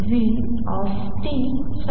सारखे आहे